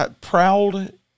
proud